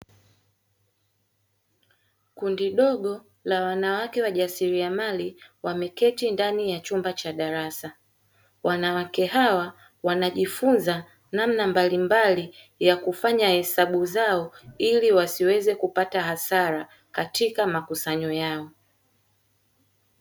Kundi dogo la wanawake wajasiriamali wameketi ndani ya chumba cha darasa. Wanawake hawa wanajifunza namna mbalimbali ya kufanya hesabu zao ili wasiweze kupata hasara katika makusanyo yao.